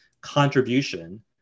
contribution